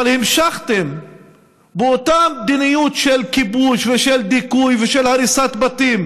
אבל המשכתם באותה מדיניות של כיבוש ושל דיכוי ושל הריסת בתים